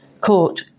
court